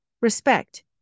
Respect